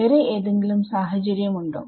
വേറെ ഏതെങ്കിലും സാഹചര്യം ഉണ്ടോ